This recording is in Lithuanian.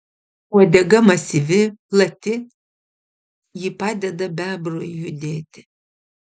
uodega masyvi plati ji padeda bebrui judėti